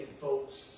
folks